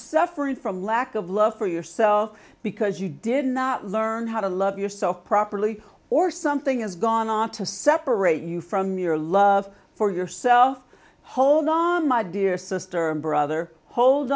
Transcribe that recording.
suffering from lack of love for yourself because you did not learn how to love yourself properly or something has gone on to separate you from your love for yourself hold on my dear sister and brother hold